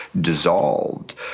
dissolved